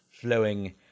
flowing